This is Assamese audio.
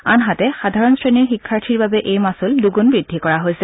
আনহাতে সাধাৰণ শ্ৰেণীৰ শিক্ষাৰ্থীৰ বাবে এই মাচুল দুগুন বৃদ্ধি কৰা হৈছে